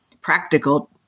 practical